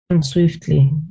swiftly